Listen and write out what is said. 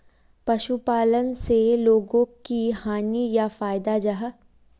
पशुपालन से लोगोक की हानि या फायदा जाहा?